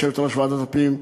יושבת-ראש ועדת הפנים.